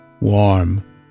warm